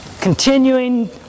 continuing